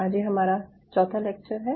आज ये हमारा चौथा लेक्चर है